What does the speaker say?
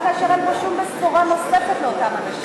גם כאשר אין פה שום בשורה נוספת לאותם אנשים.